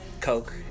coke